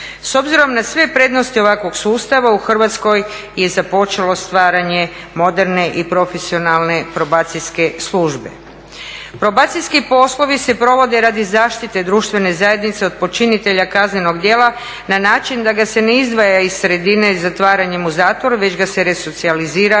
S obzirom na sve prednosti ovakvog sustava u Hrvatskoj je započelo stvaranje moderne i profesionalne probacijske službe. Probacijski poslovi se provode radi zaštite društvene zajednice od počinitelja kaznenog djela na način da ga se ne izdvaja iz sredine zatvaranjem u zatvor već ga se resocijalizira